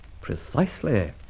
Precisely